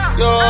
yo